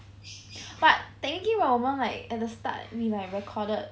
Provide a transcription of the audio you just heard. but technically 我们 at the start we like recorded